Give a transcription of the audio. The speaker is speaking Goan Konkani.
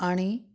आनी